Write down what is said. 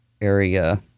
area